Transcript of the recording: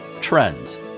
trends